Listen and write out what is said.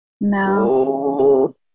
No